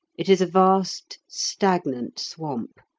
it is a vast stagnant swamp,